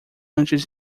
antes